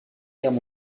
guerre